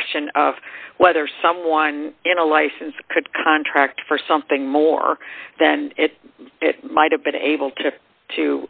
question of whether someone in a license could contract for something more than it might have been able to to